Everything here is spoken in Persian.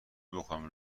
بخورم